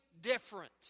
different